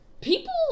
people